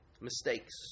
mistakes